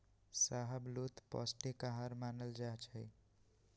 शाहबलूत पौस्टिक अहार मानल जाइ छइ